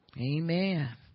Amen